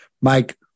Mike